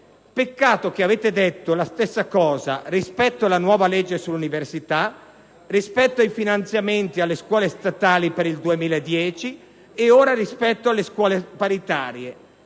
Peccato che avete detto la stessa cosa anche rispetto alla nuova legge sull'università, ai finanziamenti alle scuole statali per il 2010 e ora lo dite anche rispetto alle scuole paritarie.